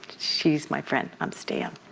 she's my friend. i'm staying.